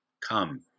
come